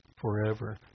forever